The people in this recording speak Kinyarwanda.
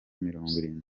mirongwirindwi